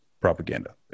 propaganda